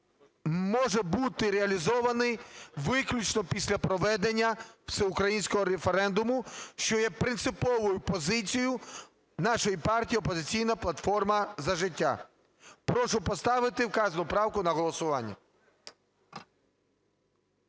може бути реалізований виключно після проведення всеукраїнського референдуму, що є принциповою позицією нашої партії "Опозиційна платформа - За життя". Прошу поставити вказану правку на голосування.